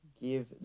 give